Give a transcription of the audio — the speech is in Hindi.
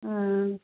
वह